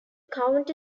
county